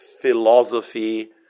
philosophy